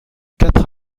quatre